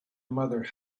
mother